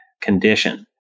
condition